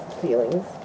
feelings